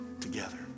together